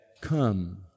come